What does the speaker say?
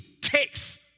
takes